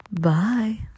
Bye